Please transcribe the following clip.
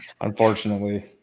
unfortunately